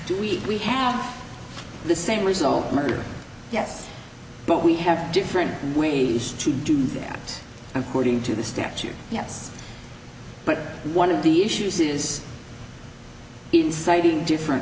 a week we have the same result murder yes but we have different ways to do the act according to the statute yes but one of the issues is inciting different